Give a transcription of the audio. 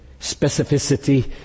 specificity